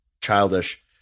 childish